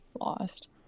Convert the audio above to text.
lost